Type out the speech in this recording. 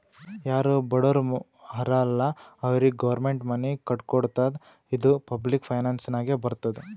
ಯಾರು ಬಡುರ್ ಹರಾ ಅಲ್ಲ ಅವ್ರಿಗ ಗೌರ್ಮೆಂಟ್ ಮನಿ ಕಟ್ಕೊಡ್ತುದ್ ಇದು ಪಬ್ಲಿಕ್ ಫೈನಾನ್ಸ್ ನಾಗೆ ಬರ್ತುದ್